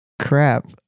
Crap